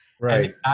right